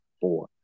four